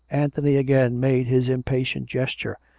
anthony again made his impatient gesture.